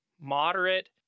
Moderate